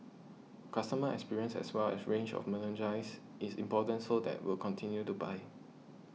customer experience as well as range of is important so that will continue to buy